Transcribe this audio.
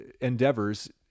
endeavors